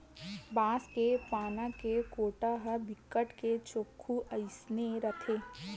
बांस के पाना के कोटा ह बिकट के चोक्खू अइसने रहिथे